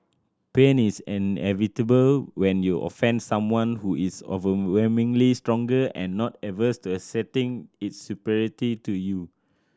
pain is inevitable when you offend someone who is overwhelmingly stronger and not averse to asserting its superiority to you